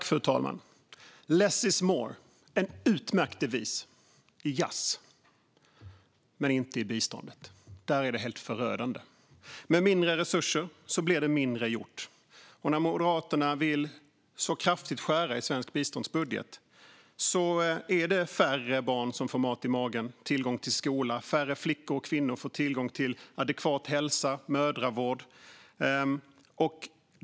Fru talman! Less is more. Det är en utmärkt devis i jazz, men inte i biståndet. Där är det helt förödande. Med mindre resurser blir det mindre gjort. När Moderaterna vill skära så kraftigt i svensk biståndsbudget är det färre barn som får mat i magen och tillgång till skola. Färre flickor och kvinnor får tillgång till adekvat hälso och mödravård.